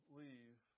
leave